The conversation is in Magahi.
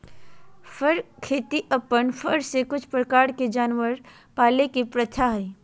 फर खेती अपन फर ले कुछ प्रकार के जानवर पाले के प्रथा हइ